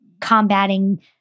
combating